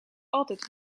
altijd